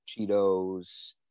Cheetos